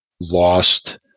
lost